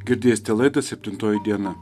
girdėsite laidą septintoji diena